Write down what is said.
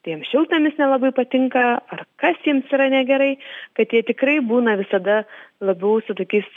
jiem šiltnamis nelabai patinka ar kas jiems yra negerai kad jie tikrai būna visada labiau su tokiais